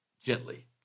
gently